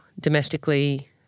domestically